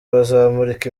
bazamurika